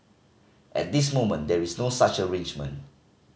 at this moment there is no such arrangement